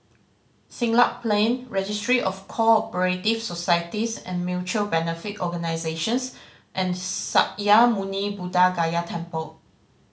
Siglap Plain Registry of Co Operative Societies and Mutual Benefit Organisations and Sakya Muni Buddha Gaya Temple